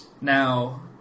Now